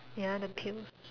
ya the pill